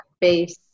base